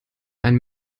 ein